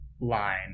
line